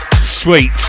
sweet